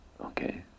Okay